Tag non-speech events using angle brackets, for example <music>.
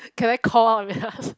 can I call out <laughs>